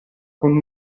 con